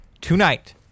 tonight